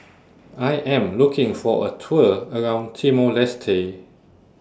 I Am looking For A Tour around Timor Leste